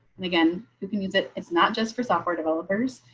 and again, you can use it. it's not just for software developers,